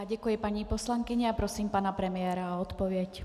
Děkuji paní poslankyni a prosím pana premiéra o odpověď.